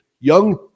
Young